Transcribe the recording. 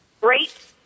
great